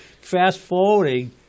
fast-forwarding